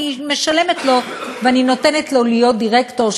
אני משלמת לו ואני נותנת לו להיות דירקטור,